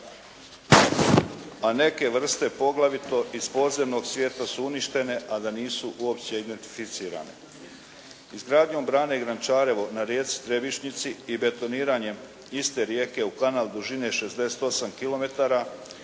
a neke vrste poglavito iz podzemnog svijeta su uništene a da nisu uopće identificirane. Izgradnjom brane Grančarevo na rijeci Trebišnjici i betoniranjem iste rijeke u kanal dužine 68